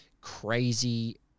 crazy